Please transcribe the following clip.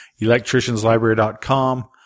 electricianslibrary.com